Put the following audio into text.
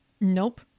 Nope